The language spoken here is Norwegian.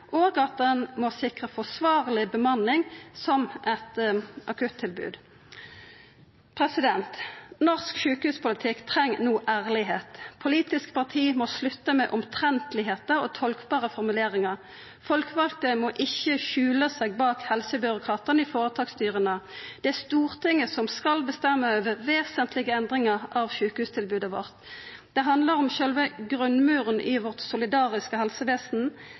og at ein må sikra forsvarleg bemanning som eit akuttilbod. Norsk sjukehuspolitikk treng no ærlegdom. Politiske parti må slutta med omtrentlege og tolkbare formuleringar. Folkevalde må ikkje skjula seg bak helsebyråkratane i føretaksstyra. Det er Stortinget som skal bestemma over vesentlege endringar i sjukehustilbodet vårt. Det handlar om sjølve grunnmuren i vårt solidariske helsevesen,